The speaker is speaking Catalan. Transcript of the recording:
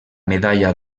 medalla